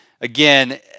Again